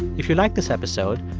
if you like this episode,